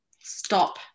stop